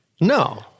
No